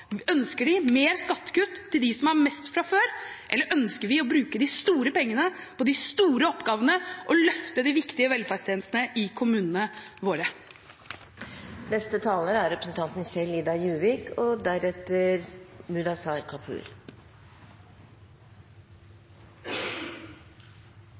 Ønsker de mer skattekutt til dem som har mest fra før, eller ønsker de å bruke de store pengene på de store oppgavene og løfte de viktige velferdstjenestene i kommunene